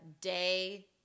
day